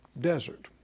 desert